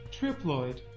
triploid